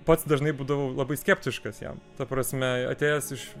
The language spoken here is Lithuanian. pats dažnai būdavau labai skeptiškas jam ta prasme atėjęs iš